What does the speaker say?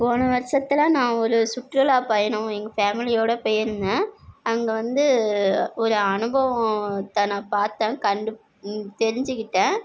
போன வருஷத்தில் நான் ஒரு சுற்றுலா பயணம் எங்கள் ஃபேம்லியோடு போயிருந்தேன் அங்கே வந்து ஒரு அனுப்பவத்த நான் பார்த்தன் கண்டு தெரிஞ்சிக்கிட்டேன்